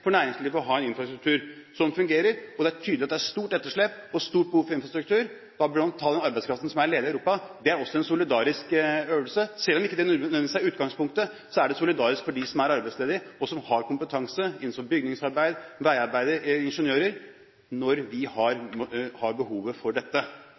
for næringslivet å ha en infrastruktur som fungerer. Det er tydelig at det er et stort etterslep og et stort behov for infrastruktur, og da burde man bruke den arbeidskraften som er ledig i Europa. Det er også en solidarisk øvelse, selv om det ikke nødvendigvis er utgangspunktet, for ingeniører som er arbeidsledige, og som har kompetanse innenfor bygningsarbeid og veiarbeid, når vi